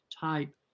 type